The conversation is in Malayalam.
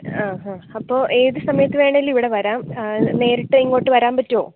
ആ ഹാ അപ്പം ഏത് സമയത്ത് വേണമെങ്കിലും ഇവിടെ വരാം നേരിട്ട് ഇങ്ങോട്ട് വരാൻ പറ്റുമോ